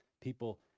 people